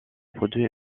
produit